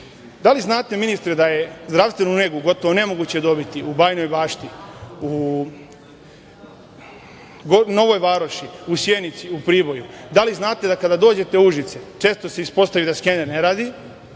li znate, ministre, da je zdravstvenu negu gotovo nemoguće dobiti u Bajinoj Bašti, u Novoj Varoši, u Sjenici, u Priboju? Da li znate da kada dođete u Užice često se ispostavi da skener ne radi,